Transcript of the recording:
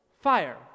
fire